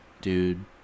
Dude